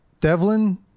Devlin